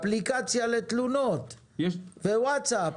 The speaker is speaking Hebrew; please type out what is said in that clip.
שתהיה אפליקציה לתלונות בוואטסאפ,